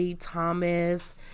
thomas